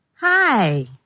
Hi